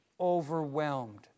overwhelmed